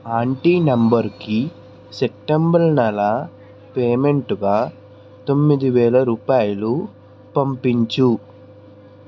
aunty నంబర్కి September నెల పేమెంటుగా తొమ్మిది వేల రూపాయలు పంపించు